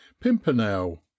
Pimpernel